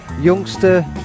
Youngster